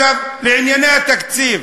לענייני התקציב,